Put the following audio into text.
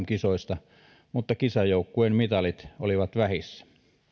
kisoista mutta kisajoukkueen mitalit olivat vähissä